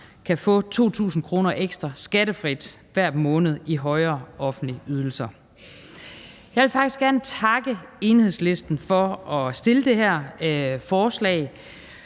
kan få 2.000 kr. ekstra skattefrit hver måned i højere offentlige ydelser. Jeg vil faktisk gerne takke Enhedslisten for at fremsætte det her forslag